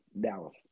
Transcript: Dallas